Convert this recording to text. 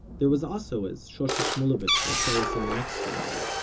there was also, as shoshi shmuluvitz will show us in the next story,